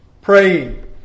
praying